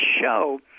show